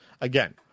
again